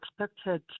expected